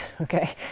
okay